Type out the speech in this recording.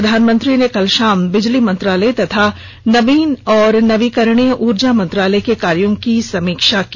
प्रधानमंत्री ने कल शाम बिजली मंत्रालय तथा नवीन और नवीकरणीय ऊर्जा मंत्रालय के कायोँ की समीक्षा की